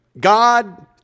God